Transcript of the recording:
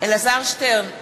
אלעזר שטרן,